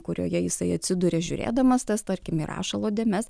kurioje jisai atsiduria žiūrėdamas tas tarkim į rašalo dėmes